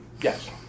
Yes